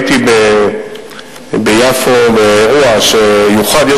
הייתי ביפו באירוע שיוחד,